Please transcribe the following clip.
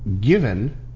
given